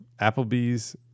applebee's